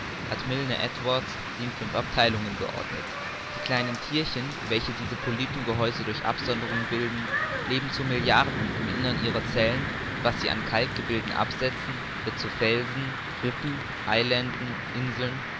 hat milne edwards sie in fünf abtheilungen geordnet die kleinen thierchen welche diese polypengehäuse durch absonderung bilden leben zu milliarden im innern ihrer zellen und was sie an kalkgebilden absetzen wird zu felsen rissen eilanden inseln